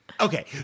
Okay